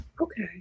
Okay